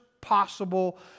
possible